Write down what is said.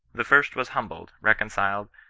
the first was humbled, reconciled,